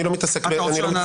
אני לא מתעסק בזה.